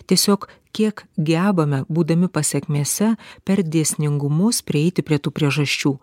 tiesiog kiek gebame būdami pasekmėse per dėsningumus prieiti prie tų priežasčių